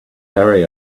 harry